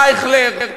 אייכלר?